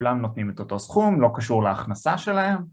כולם נותנים את אותו סכום, לא קשור להכנסה שלהם.